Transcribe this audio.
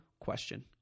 question